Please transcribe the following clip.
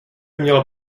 měla